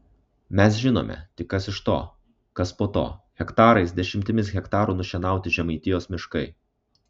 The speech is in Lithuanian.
mes žinome tik kas iš to kas po to hektarais dešimtim hektarų nušienauti žemaitijos miškai